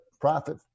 profit